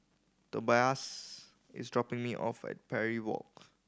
Tobias is dropping me off at Parry Walk